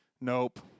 Nope